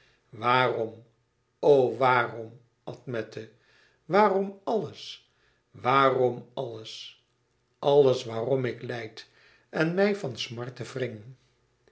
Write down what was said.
waarom o waarom admete waarom alles waarom àlles alles waarom ik lijd en mij van